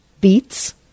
beets